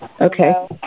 Okay